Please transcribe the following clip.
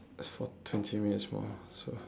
for twenty minutes more so